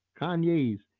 kanye's